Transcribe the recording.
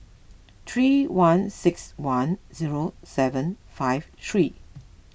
three one six one zero seven five three